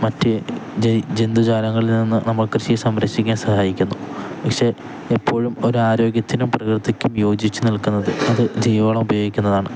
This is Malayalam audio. മറ്റു ജന്തുജാലങ്ങളിൽ നിന്നു നമ്മൾ കൃഷി സംരക്ഷിക്കാൻ സഹായിക്കുന്നു പക്ഷെ എപ്പോഴും ഒരാരോഗ്യത്തിനും പ്രകൃതിക്കും യോജിച്ചു നിൽക്കുന്നത് അതു ജൈവവളം ഉപയോഗിക്കുന്നതാണ്